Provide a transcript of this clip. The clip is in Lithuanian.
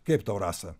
kaip tau rasa